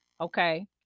Okay